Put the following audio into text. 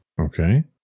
Okay